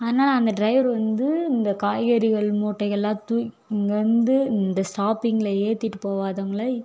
ஆனால் அந்த ட்ரைவரு வந்து இந்த காய்கறிகள் மூட்டையெல்லாம் தூக் இங்கேருந்து இந்த ஸ்டாப்பிங்கில் ஏற்றிட்டு போகவாதவங்கள